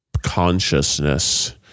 consciousness